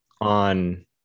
on